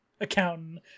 ...accountant